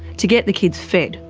to get the kids fed,